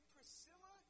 Priscilla